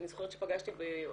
אני זוכרת שפגשתי ב-